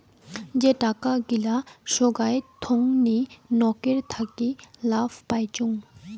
যে টাকা গিলা সোগায় থোঙনি নকের থাকি লাভ পাইচুঙ